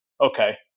okay